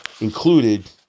included